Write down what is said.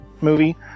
movie